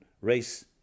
race